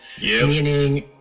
meaning